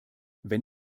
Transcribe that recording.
wenn